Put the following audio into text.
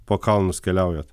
po kalnus keliaujat